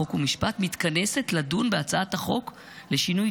חוק ומשפט מתכנסת לדון בהצעת החוק לשינוי